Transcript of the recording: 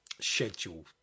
schedule